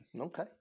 Okay